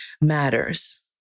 matters